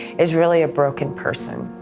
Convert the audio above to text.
is really a broken person.